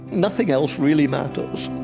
nothing else really matters